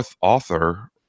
author